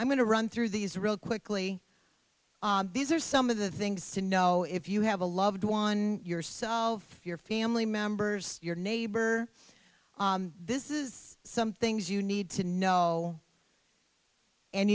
i'm going to run through these real quickly these are some of the things to know if you have a loved one yourself your family members your neighbor this is some things you need to know and